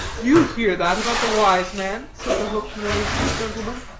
do you hear that about the wise man? said the hook-nosed gentleman,